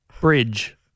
Bridge